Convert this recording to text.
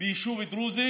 ביישוב דרוזי